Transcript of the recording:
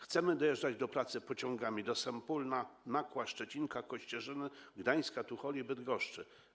Chcemy dojeżdżać do pracy pociągami do Sępólna, Nakła, Szczecinka, Kościerzyny, Gdańska, Tucholi, Bydgoszczy.